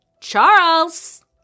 Charles